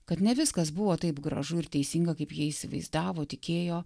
kad ne viskas buvo taip gražu ir teisinga kaip jie įsivaizdavo tikėjo